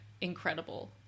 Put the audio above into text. incredible